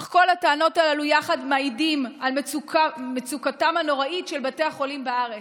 אך כל הטענות הללו יחד מעידות על מצוקתם הנוראית של בתי החולים בארץ,